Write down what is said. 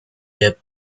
the